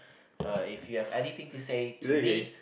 uh if you have anything to say to me